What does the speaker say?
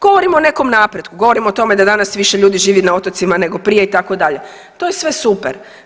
Govorimo o nekom napretku, govorimo o tome da danas više ljudi živi na otocima nego prije itd., to je sve super.